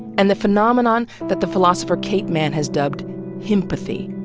and the phenomenon that the philosopher kate manne has dubbed himpathy.